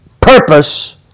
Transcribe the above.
purpose